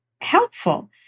helpful